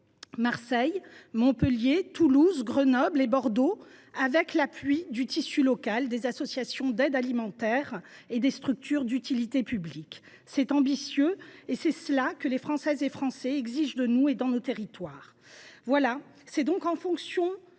Marseille, Montpellier, Toulouse, Grenoble et Bordeaux, avec l’appui du tissu local, des associations d’aide alimentaire et des structures d’utilité publique. C’est ambitieux, mais c’est cela que les Françaises et les Français exigent de nous dans nos territoires. Pour toutes ces